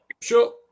Sure